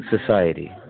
society